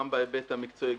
גם בהיבט המקצועי,